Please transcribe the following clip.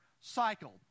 cycle